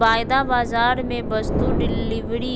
वायदा बाजार मे वस्तु डिलीवरी